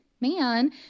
man